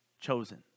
Chosen